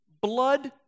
blood